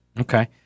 Okay